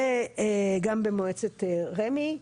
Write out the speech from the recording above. וגם במועצת רמ"י.